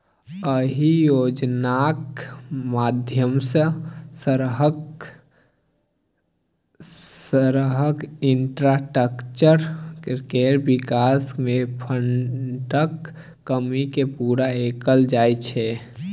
अहि योजनाक माध्यमसँ शहरक इंफ्रास्ट्रक्चर केर बिकास मे फंडक कमी केँ पुरा कएल जाइ छै